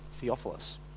Theophilus